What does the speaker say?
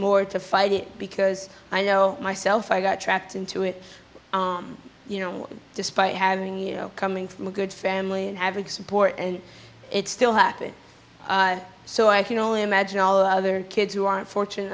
more to fight it because i know myself i got trapped into it you know despite having you know coming from a good family and having support and it still happens so i can only imagine all the other kids who are fortunate